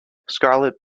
scarlett